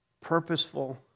Purposeful